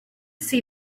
see